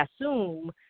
assume